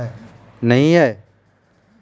क्या तुम्हारा खाता बैंक ऑफ बड़ौदा में है?